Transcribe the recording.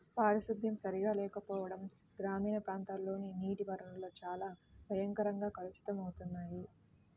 పారిశుద్ధ్యం సరిగా లేకపోవడం గ్రామీణ ప్రాంతాల్లోని నీటి వనరులు చాలా భయంకరంగా కలుషితమవుతున్నాయి